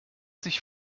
sich